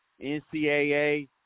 NCAA